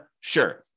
Sure